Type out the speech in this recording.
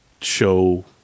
show